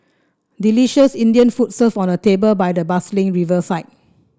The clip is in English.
delicious Indian food served on a table by the bustling riverside